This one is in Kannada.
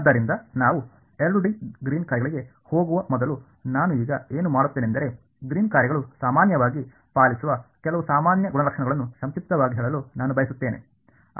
ಆದ್ದರಿಂದ ನಾವು 2 ಡಿ ಗ್ರೀನ್ನ ಕಾರ್ಯಗಳಿಗೆ ಹೋಗುವ ಮೊದಲು ನಾನು ಈಗ ಏನು ಮಾಡುತ್ತೇನೆಂದರೆ ಗ್ರೀನ್ನ ಕಾರ್ಯಗಳು ಸಾಮಾನ್ಯವಾಗಿ ಪಾಲಿಸುವ ಕೆಲವು ಸಾಮಾನ್ಯ ಗುಣಲಕ್ಷಣಗಳನ್ನು ಸಂಕ್ಷಿಪ್ತವಾಗಿ ಹೇಳಲು ನಾನು ಬಯಸುತ್ತೇನೆ